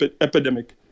epidemic